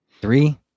Three